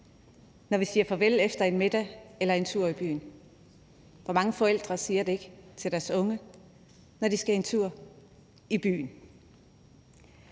når vi siger farvel efter en middag eller en tur i byen? Hvor mange forældre siger det ikke til deres unge, når de skal en tur i byen?